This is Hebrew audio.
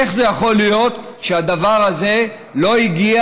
איך זה יכול להיות שהדבר הזה לא הגיע